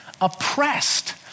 oppressed